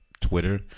twitter